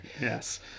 Yes